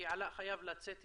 כי עלא גנטוס חייב לצאת,